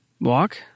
Walk